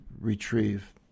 retrieve